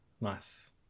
nice